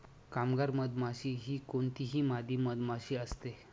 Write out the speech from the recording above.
कामगार मधमाशी ही कोणतीही मादी मधमाशी असते